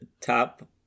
top